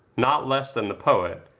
not less than the poet,